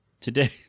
today